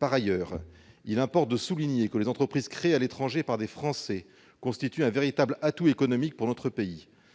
Par ailleurs, il importe de souligner que les entreprises créées à l'étranger par des Français constituent un véritable atout économique pour notre pays.